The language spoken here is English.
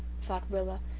thought rilla,